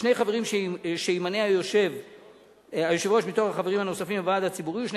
שני חברים שימנה היושב-ראש מתוך החברים הנוספים בוועד הציבורי ושני